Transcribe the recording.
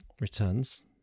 returns